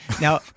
Now